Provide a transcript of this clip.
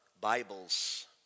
Bibles